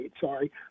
sorry